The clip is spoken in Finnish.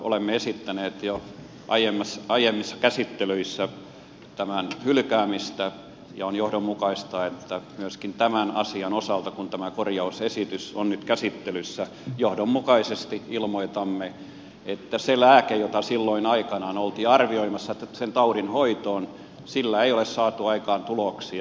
olemme esittäneet jo aiemmissa käsittelyissä tämän hylkäämistä ja on johdonmukaista että myöskin tämän asian osalta kun tämä korjausesitys on nyt käsittelyssä johdonmukaisesti ilmoitamme että sillä lääkkeellä jota silloin aikanaan oltiin arvioimassa sen taudin hoitoon ei ole saatu aikaan tuloksia